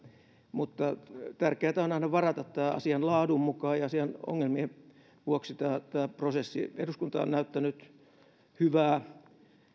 mutta tärkeätä on aina varata asian laadun mukaan ja asian ongelmien vuoksi tämä tämä prosessi eduskunta on näyttänyt hyvää